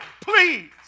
please